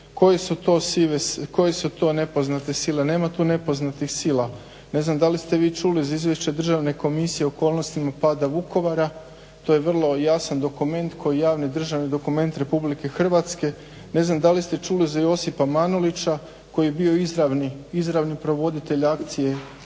koji su to nepoznate sile, nema tu nepoznatih sila, ne znam da li ste vi čuli za izvješće Državne komisije o okolnostima pada Vukovara, to je vrlo jasan dokument kao javni državni dokument RH, ne znam da li ste čuli za Josipa Manolića koji je bio izravni provoditelj akcije hapšenja